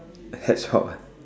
a hedgehog